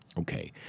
Okay